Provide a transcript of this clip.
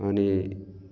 अनि